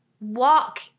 walk